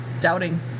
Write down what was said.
doubting